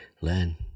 learn